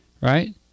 right